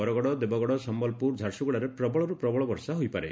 ବରଗଡ଼ ଦେବଗଡ଼ ସମ୍ୟଲପୁର ଝାରସୁଗୁଡ଼ାରେ ପ୍ରବଳରୁ ପ୍ରବଳ ବର୍ଷା ହୋଇପାରେ